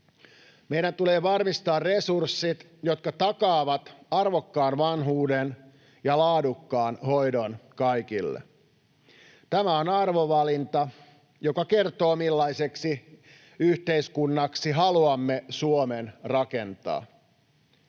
Meidän tulee varmistaa resurssit, jotka takaavat arvokkaan vanhuuden ja laadukkaan hoidon kaikille. Tämä on arvovalinta, joka kertoo, millaiseksi yhteiskunnaksi haluamme Suomen rakentaa.